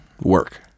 Work